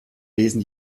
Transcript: lesen